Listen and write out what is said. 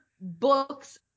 books